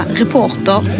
reporter